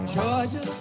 Georgia